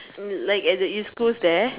like at the East Coast there